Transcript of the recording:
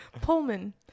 Pullman